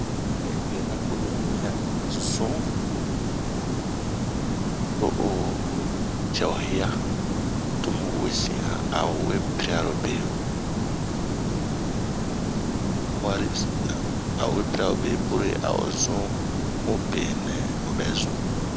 Be nɛ ponu yi mi'a ao zun, to'o cɛ'o hia, to mu we sin 'a ao we pri'arobe ,wari a o we pri'arobe, purke a o zun munbe nɛ obɛzun.